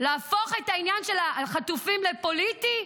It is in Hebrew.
להפוך את העניין של החטופים לפוליטי,